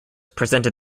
presented